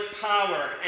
power